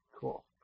Cool